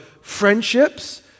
friendships